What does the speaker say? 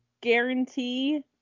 guarantee